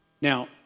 Now